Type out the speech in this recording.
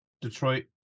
Detroit